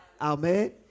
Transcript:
Amen